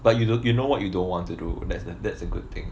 but you don't you know what you don't want to do that's that that's a good thing